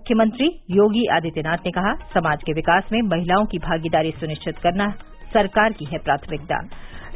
मुख्यमंत्री योगी आदित्यनाथ ने कहा समाज के विकास में महिलाओं की भागीदारी सुनिश्चित करना सरकार की है प्राथमिकता